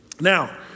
Now